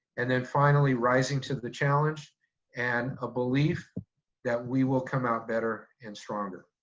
and then finally, rising to the challenge and a belief that we will come out better and stronger.